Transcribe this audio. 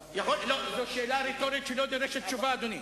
זו שאלה רטורית שלא דורשת תשובה, אדוני.